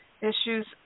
issues